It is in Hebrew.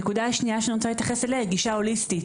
הנקודה השנייה שאני רוצה להתייחס אליה היא גישה הוליסטית.